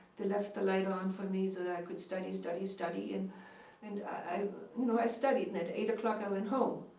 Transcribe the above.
they left the light on for me that i could study, study, study. and and i you know i studied and at eight o'clock i went home.